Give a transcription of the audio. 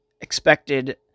expected